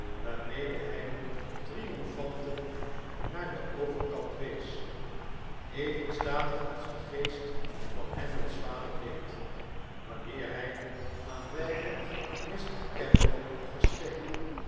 waarmede hy triomfantelyk naar den overkant wees even statig als de geest van hamlet's vader deed wanneer hij aan wylen mr kemble verscheen